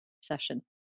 session